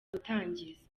gutangiza